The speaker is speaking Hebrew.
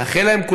נאחל להם,